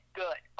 good